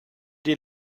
die